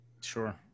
Sure